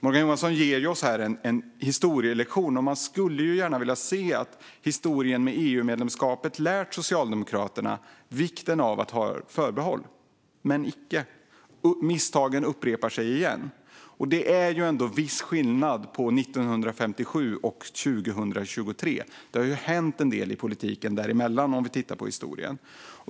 Morgan Johansson ger oss ju en historielektion här, och man skulle gärna vilja se att historien med EU-medlemskapet lärt Socialdemokraterna vikten av att ha förbehåll, men icke. Misstagen upprepar sig igen. Det är ändå viss skillnad på 1957 och 2023. Det har ju hänt en del i politiken däremellan.